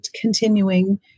continuing